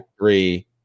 three